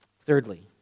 Thirdly